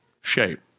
shape